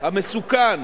המסוכן